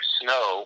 snow